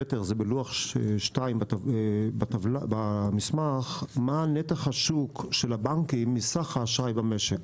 בין היתר לוח 2 במסמך מה נתח השוק של הבנקים מסך האשראי במשק,